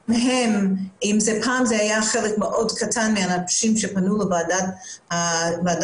אם פעם זה היה חלק מאוד קטן מהאנשים שפנו לוועדת השיקום,